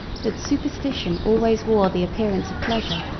that superstition always wore the appearance of pleasure,